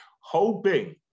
hoping